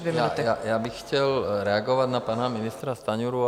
Já bych chtěl reagovat na pana ministra Stanjuru.